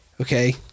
Okay